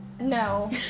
No